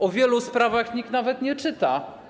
O wielu sprawach nikt nawet nie czyta.